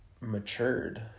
matured